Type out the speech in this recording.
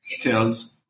details